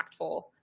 impactful